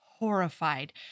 horrified